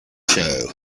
show